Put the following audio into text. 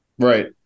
Right